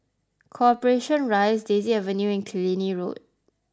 Corporation Rise Daisy Avenue and Killiney Road